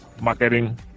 marketing